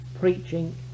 preaching